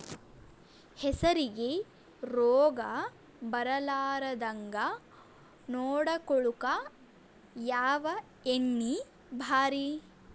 ಹೆಸರಿಗಿ ರೋಗ ಬರಲಾರದಂಗ ನೊಡಕೊಳುಕ ಯಾವ ಎಣ್ಣಿ ಭಾರಿ?